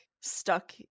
stuck